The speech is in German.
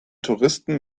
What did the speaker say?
touristen